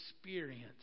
experience